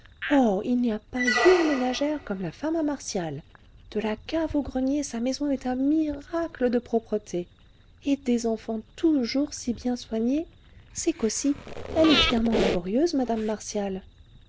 il n'y a pas une ménagère comme la femme à martial de la cave au grenier sa maison est un miracle de propreté et des enfants toujours si bien soignés c'est qu'aussi elle est fièrement laborieuse mme martial